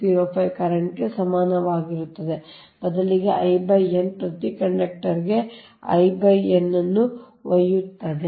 4605 ಕರೆಂಟ್ಗೆ ಸಮನಾಗಿರುತ್ತದೆ ಬದಲಿಗೆ I n ಪ್ರತಿ ಕಂಡಕ್ಟರ್ I n ನ್ನು ಒಯ್ಯುತ್ತದೆ